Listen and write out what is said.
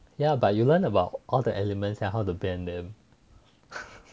yeah but you learn about all the elements and bend them